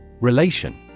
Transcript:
Relation